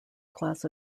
class